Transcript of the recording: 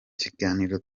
kiganiro